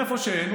ואיפה שאין,